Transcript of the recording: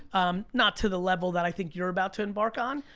um not to the level that i think you're about to embark on,